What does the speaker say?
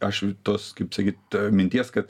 aš tos kaip sakyt minties kad